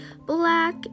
black